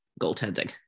goaltending